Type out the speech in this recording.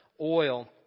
oil